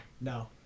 No